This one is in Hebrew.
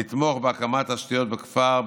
לתמוך בהקמת תשתיות בכפר,